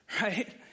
right